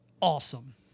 awesome